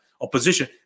opposition